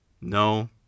No